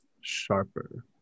sharper